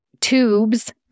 tubes